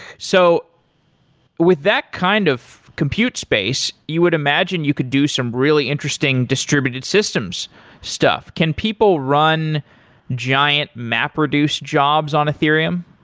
so with that kind of compute space, you would imagine you could do some really interesting distributed system stuff. can people run giant mapreduce jobs on ethereum?